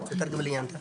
אני אתרגם אותך אם צריך.